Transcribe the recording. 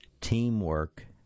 teamwork